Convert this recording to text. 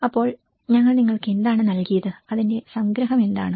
അപ്പോൾ ഞങ്ങൾ നിങ്ങൾക്ക് എന്താണ് നൽകിയത് അതിന്റെ സംഗ്രഹം എന്താണ്